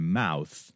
mouth